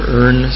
earn